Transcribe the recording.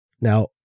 Now